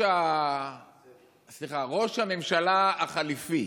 שראש הממשלה החליפי,